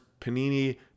Panini